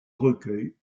recueils